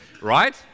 right